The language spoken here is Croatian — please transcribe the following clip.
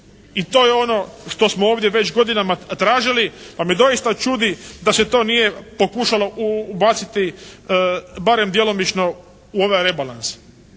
i to je ono što smo ovdje već godinama tražili, pa me doista čudi da se to nije pokušalo ubaciti barem djelomično u ovaj rebalans.